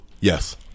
yes